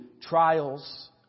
trials